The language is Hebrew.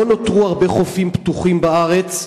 לא נותרו הרבה חופים פתוחים בארץ,